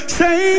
say